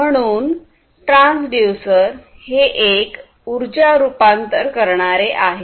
म्हणून ट्रान्सड्यूसर हे एक ऊर्जा रूपांतर करणारे आहे